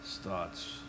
starts